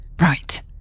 Right